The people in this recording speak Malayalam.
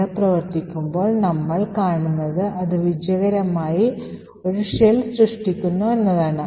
ഇത് പ്രവർത്തിപ്പിക്കുമ്പോൾ നമ്മൾ കാണുന്നത് അത് വിജയകരമായി ഒരു ഷെൽ സൃഷ്ടിക്കുന്നു എന്നതാണ്